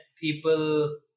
people